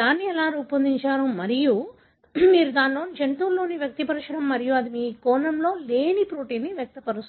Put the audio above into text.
దాన్ని రూపొందించారు మరియు మీరు దానిని జంతువులో వ్యక్తపరచడం మరియు అది మీ కణంలో లేని ప్రోటీన్ను వ్యక్తపరుస్తుంది